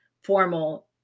formal